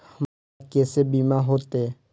हमरा केसे बीमा होते?